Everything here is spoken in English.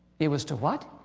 it was to, what.